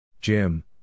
Jim